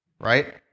right